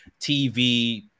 TV